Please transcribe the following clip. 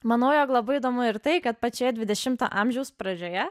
manau jog labai įdomu ir tai kad pačioje dvidešimto amžiaus pradžioje